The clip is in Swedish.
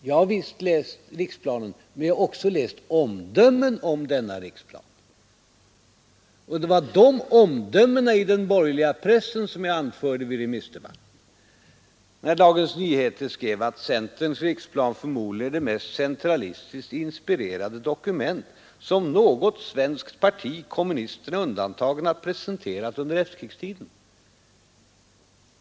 Jag har visst läst riksplanen, men jag har också läst omdömen om denna riksplan, och det var omdömena i den borgerliga pressen som jag anförde i den allmänpoliti debatten. Dagens Nyheter skrev att centerns riksplan förmodligen är ”det mest centralistiskt inspirerade dokument som något svenskt parti, kommunisterna undantagna, presenterat under efterkrigstiden”.